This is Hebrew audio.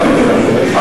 דקות.